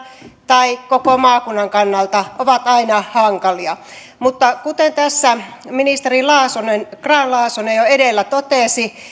tai koko maakunnan kannalta aina hankalia kuten ministeri grahn laasonen jo edellä totesi